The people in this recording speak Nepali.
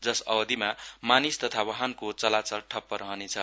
जस अवधिमा मानिस तथा वाहनको चलाचल ठप्प रहनेछ